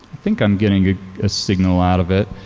think i'm getting a signal out of it.